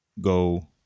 go